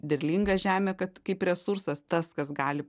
derlinga žemė kad kaip resursas tas kas gali